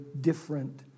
different